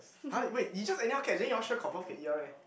[huh] wait you just anyhow catch then you all sure confirm can eat one meh